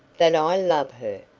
that i love her!